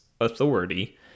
authority